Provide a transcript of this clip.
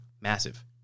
massive